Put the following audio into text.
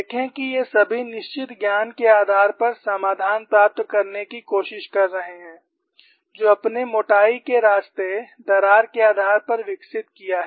देखें कि ये सभी निश्चित ज्ञान के आधार पर समाधान प्राप्त करने की कोशिश कर रहे हैं जो आपने मोटइ के रास्ते दरार के आधार पर विकसित किया है